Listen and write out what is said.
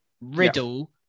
Riddle